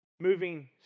moving